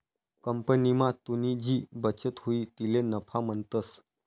कंपनीमा तुनी जी बचत हुई तिले नफा म्हणतंस